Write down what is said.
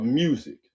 music